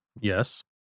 Yes